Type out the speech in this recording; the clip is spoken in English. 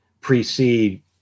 precede